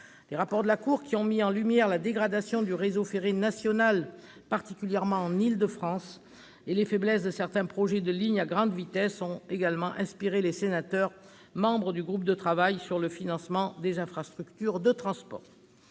Les rapports de la Cour des comptes, qui ont mis en lumière la dégradation du réseau ferré national, particulièrement en Île-de-France, et les faiblesses de certains projets de lignes à grande vitesse, ont également inspiré les sénateurs membres du groupe de travail sur le financement des infrastructures de transport.